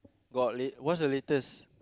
got late what's the latest